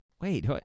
Wait